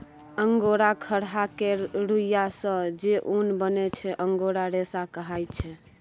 angora खरहा केर रुइयाँ सँ जे उन बनै छै अंगोरा रेशा कहाइ छै